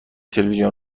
تلویزیون